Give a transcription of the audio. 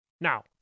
Now